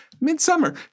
Midsummer